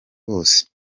bose